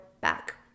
back